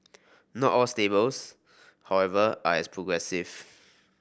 not all stables however are as progressive